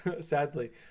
sadly